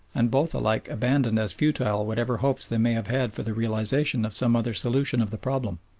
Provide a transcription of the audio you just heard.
and both alike abandoned as futile whatever hopes they may have had for the realisation of some other solution of the problem.